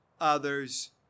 others